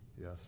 Yes